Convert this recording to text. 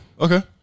Okay